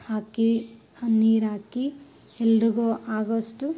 ಹಾಕಿ ಆ ನೀರು ಹಾಕಿ ಎಲ್ಲರಿಗೂ ಆಗೋ ಅಷ್ಟು